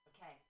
Okay